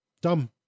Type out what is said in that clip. dumb